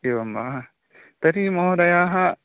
एवं वा तर्हि महोदयाः